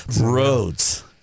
Roads